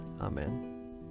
Amen